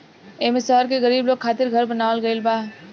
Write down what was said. एईमे शहर के गरीब लोग खातिर घर बनावल गइल बा